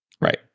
Right